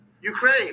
Ukraine